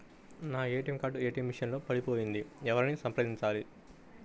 నా ATM card ATM machine లో పడిపోయింది ఎవరిని సంప్రదించాలి?